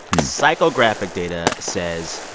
psychographic data says,